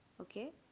okay